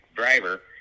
driver